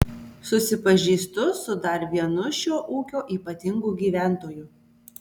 susipažįstu su dar vienu šio ūkio ypatingu gyventoju